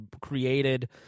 created—